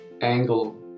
angle